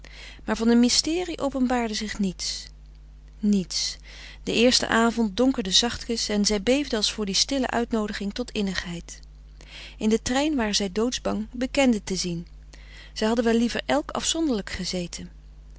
maar van een mysterie openbaarde zich niets niets de eerste avond donkerde zachtkens en zij beefden als voor die stille uitnoodiging tot innigheid in den trein waren zij doodsbang bekenden te zien zij hadden wel liever elk afzonderlijk gezeten